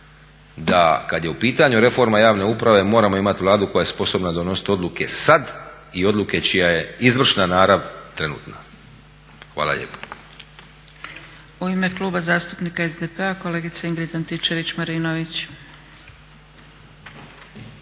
da kad je u pitanju reforma javne uprave moramo imati Vladu koja je sposobna donositi odluke sad i odluke čija je izvršna narav trenutna. Hvala lijepo.